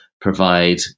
provide